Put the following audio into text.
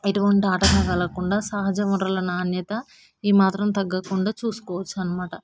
ఎటువంటి ఆటంకం కలగకుండా సహజ వనరుల నాణ్యత ఏ మాత్రం తగ్గకుండా చూసుకోవచ్చు అన్నమాట